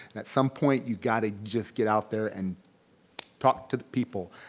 at some point you gotta just get out there and talk to the people.